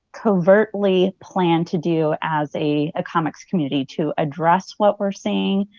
covertically plan to do as a ah comics community to address what we are seeing,